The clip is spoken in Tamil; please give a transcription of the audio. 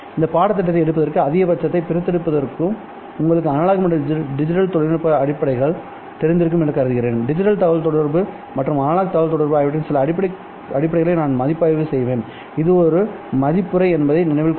இந்த பாடத்திட்டத்தை எடுப்பதற்கும் அதிகபட்சத்தைப் பிரித்தெடுப்பதற்கும்உங்களுக்கு அனலாக் மற்றும் டிஜிட்டல் தகவல்தொடர்பு அடிப்படைகள் தெரிந்திருக்கும் என்று கருதுகிறேன் டிஜிட்டல் தகவல் தொடர்பு மற்றும் அனலாக் தகவல்தொடர்பு ஆகியவற்றின் சில அடிப்படைகளை நான் மதிப்பாய்வு செய்வேன் இது ஒரு மதிப்புரை என்பதை நினைவில் கொள்க